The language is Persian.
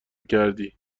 کردی